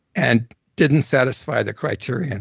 and didn't satisfy the criteria,